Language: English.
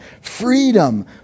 freedom